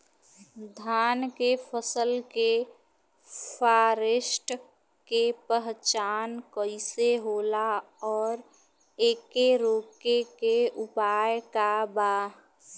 धान के फसल के फारेस्ट के पहचान कइसे होला और एके रोके के उपाय का बा?